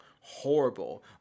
horrible